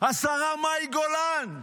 השרה מאי גולן,